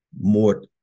more